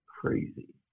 crazy